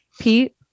Pete